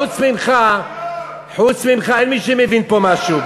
חוץ ממך אין מי שמבין פה משהו.